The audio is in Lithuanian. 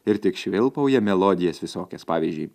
ir tik švilpauja melodijas visokias pavyzdžiui